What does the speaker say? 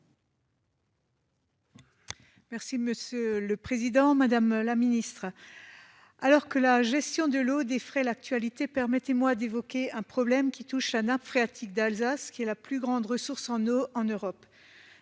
Merci monsieur le président, madame la ministre. Alors que la gestion de l'eau, des frais. L'actualité, permettez-moi d'évoquer un problème qui touche à nappe phréatique d'Alsace qui est la plus grande ressource en eau en Europe